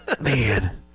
Man